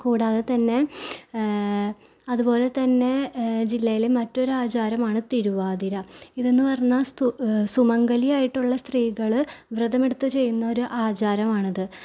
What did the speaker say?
കൂടാതെ തന്നെ അതുപോലെ തന്നെ ജില്ലയിൽ മറ്റൊരു ആചാരമാണ് തിരുവാതിര ഇതെന്ന് പറഞ്ഞാൽ സുമംഗഗലിയായിട്ടുള്ള സ്ത്രീകൾ വ്രതമെടുത്ത് ചെയ്യുന്ന ഒരു ആചാരമാണ് ഇത്